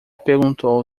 perguntou